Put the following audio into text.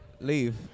leave